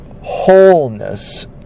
Wholeness